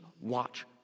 watch